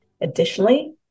Additionally